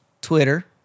Twitter